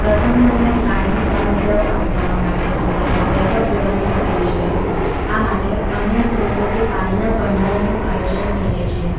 પ્રસંગ દરમ્યાન પાણીની સમસ્યાઓ અટકાવવા માટે અમારે બેકઅપ વ્યવસ્થા કરવી જોઈએ આ માટે અન્ય સ્રોતોથી પાણીના ભંડારનનું આયોજન કરીએ છીએ